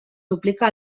duplica